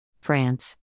France